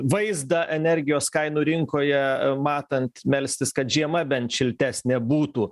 vaizdą energijos kainų rinkoje matant melstis kad žiema bent šiltesnė būtų